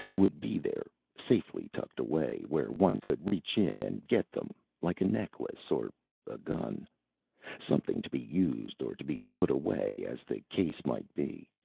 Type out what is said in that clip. would be there, safely tucked away where one could reach in and get them, like a necklace or a gun something to be used or to be put away as the case might be.